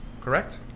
correct